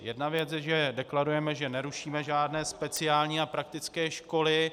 Jedna věc je, že deklarujeme, že nerušíme žádné speciální a praktické školy.